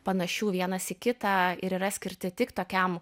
panašių vienas į kitą ir yra skirti tik tokiam